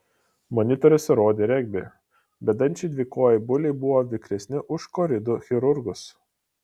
monitoriuose rodė regbį bedančiai dvikojai buliai buvo vikresni už koridų chirurgus